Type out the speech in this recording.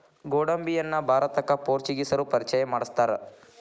ಗೋಡಂಬಿಯನ್ನಾ ಭಾರತಕ್ಕ ಪೋರ್ಚುಗೇಸರು ಪರಿಚಯ ಮಾಡ್ಸತಾರ